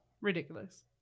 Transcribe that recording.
Ridiculous